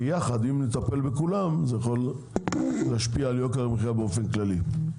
ביחד אם נטפל בכולם זה יכול להשפיע על יוקר המחיה באופן כללי.